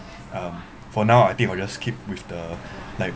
um for now I think I'll just keep with the